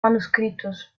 manuscritos